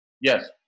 Yes